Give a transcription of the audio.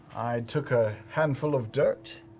i took a handful of dirt